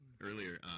earlier